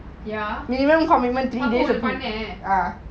பப்பு ஒன்னு பண்ணன்:pappu onnu pannan